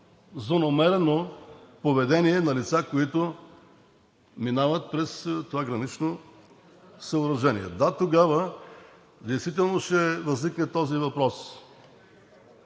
злонамерено поведение на лица, които минават през това гранично съоръжение. Да, тогава действително ще възникне този въпрос.